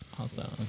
Awesome